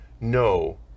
No